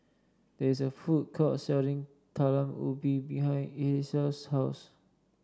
there is a food court selling Talam Ubi behind Elissa's house